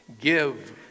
Give